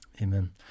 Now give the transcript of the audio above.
Amen